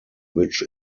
which